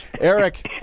Eric